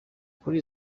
kuri